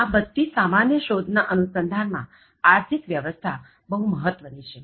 આ બધી સામાન્ય શોધ ના અનુસંધાન માં આર્થિક વ્યવસ્થા બહુ મહત્ત્વની છે